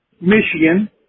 Michigan